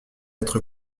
être